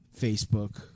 Facebook